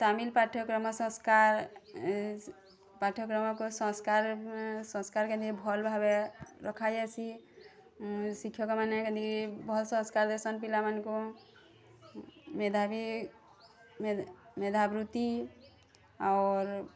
ତାମିଲ୍ ପାଠ୍ୟକ୍ରମ ସଂସ୍କାର୍ ପାଠ୍ୟକ୍ରମକୁ ସଂସ୍କାର୍ ସଂସ୍କାର୍ କେମିତି ଭଲ୍ ଭାବେ ରଖାଯାଇସି ଶିକ୍ଷକମାନେ କେମିତି ଭଲ୍ ସଂସ୍କାର୍ ଦେଇସନ୍ ପିଲାମାନଙ୍କୁ ମେଧାବୀ ମେଧାବୃତ୍ତି ଔର୍